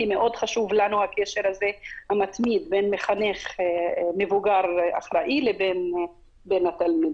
כי מאוד חשוב לנו הקשר הזה המתמיד בין מחנך מבוגר אחראי לבין התלמידים.